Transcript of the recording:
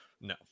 No